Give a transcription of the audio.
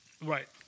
Right